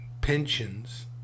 pensions